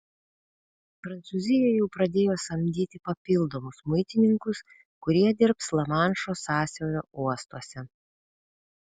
prancūzija jau pradėjo samdyti papildomus muitininkus kurie dirbs lamanšo sąsiaurio uostuose